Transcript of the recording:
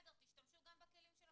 תשתמשו גם בכלים שלכם.